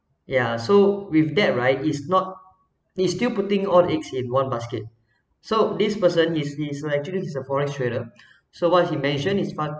ya so with that right it's not it's still putting all eggs in one basket so this person is is like actually he's a FOREX trader so what he mention is part